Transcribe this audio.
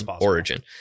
origin